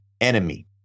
enemy